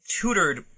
tutored